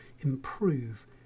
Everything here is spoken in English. improve